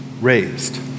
raised